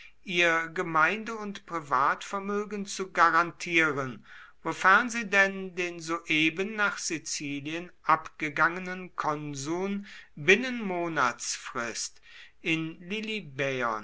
ihr gemeinde und privatvermögen zu garantieren wofern sie den soeben nach sizilien abgegangenen konsuln binnen monatsfrist in